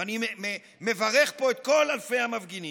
ואני מברך פה את כל אלפי המפגינים,